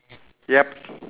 yup